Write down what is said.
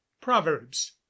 Proverbs